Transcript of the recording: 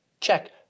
check